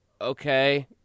okay